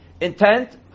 intent